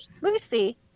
Lucy